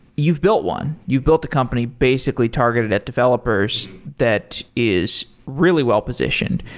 you've built one. you've built a company basically targeted at developers that is really well positioned.